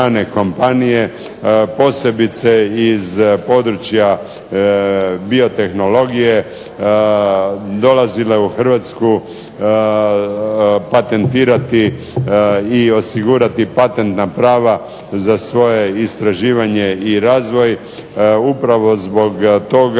kompanije, posebice iz područja biotehnologije dolazile u Hrvatsku patentirati i osigurati patent na prava za svoje istraživanje i razvoj upravo zbog toga